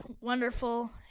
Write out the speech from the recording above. wonderful